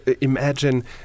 imagine